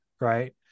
right